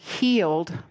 healed